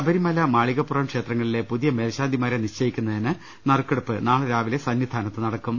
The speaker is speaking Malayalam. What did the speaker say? ശബരിമല മാളികപ്പുറം ക്ഷേത്രങ്ങളിലെ പുതിയ മേൽശാന്തിമാരെ നിശ്ചയി ക്കുന്നതിന് നറുക്കെടുപ്പ് നാളെ രാവിലെ സന്നിധാനത്ത് നടക്കും